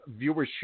viewership